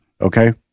okay